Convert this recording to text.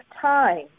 time